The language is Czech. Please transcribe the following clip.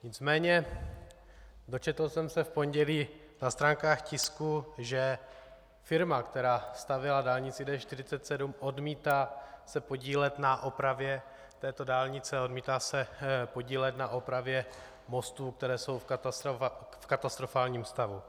Nicméně dočetl jsem se v pondělí na stránkách tisku, že firma, která stavěla dálnici D47, odmítá se podílet na opravě této dálnice a odmítá se podílet na opravě mostů, které jsou v katastrofálním stavu.